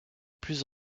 plus